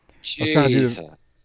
Jesus